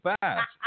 fast